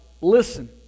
Listen